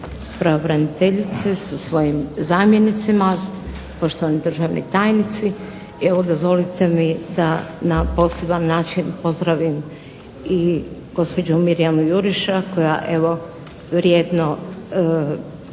pravobraniteljice sa svojim zamjenicima, poštovani državni tajnici. Evo dozvolite mi da na poseban način pozdravim i gospođu Mirjanu Juriša koja vrijedno